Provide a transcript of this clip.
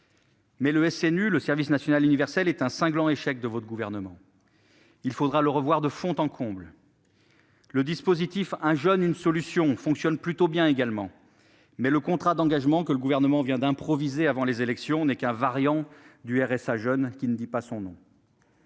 Mais le SNU, le service national universel, est un cinglant échec de votre gouvernement. Il faudra le revoir de fond en comble ! Le dispositif « 1 jeune, 1 solution » fonctionne en revanche plutôt bien, mais le contrat d'engagement que le Gouvernement vient d'improviser avant les élections n'est qu'un variant du RSA jeune qui ne dit pas son nom